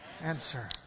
answer